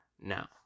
now